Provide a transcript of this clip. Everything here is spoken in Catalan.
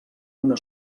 una